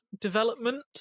development